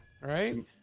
right